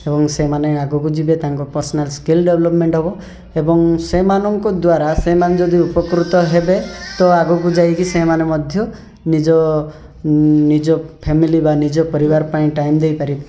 ଏବଂ ସେମାନେ ଆଗକୁ ଯିବେ ତାଙ୍କ ପର୍ଶନାଲ୍ ସ୍କିଲ୍ ଡେଭଲପମେଣ୍ଟ୍ ହେବ ଏବଂ ସେମାନଙ୍କ ଦ୍ୱାରା ସେମାନେ ଯଦି ଉପକୃତ ହେବେ ତ ଆଗକୁ ଯାଇକି ସେଇମାନେ ମଧ୍ୟ ନିଜ ନିଜ ଫ୍ୟାମିଲି ବା ନିଜ ପରିବାର ପାଇଁ ଟାଇମ୍ ଦେଇପାରିବେ